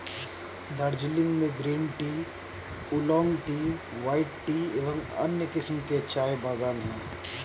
दार्जिलिंग में green tea, oolong tea, white tea एवं अन्य किस्म के चाय के बागान हैं